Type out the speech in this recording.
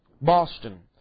Boston